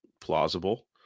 plausible